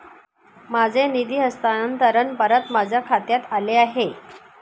माझे निधी हस्तांतरण परत माझ्या खात्यात आले आहे